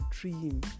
dream